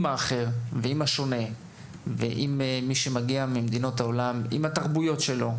האחר ועם השונה ועם מי שמגיע ממדינות העולם עם התרבויות שלו.